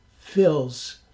fills